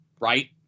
right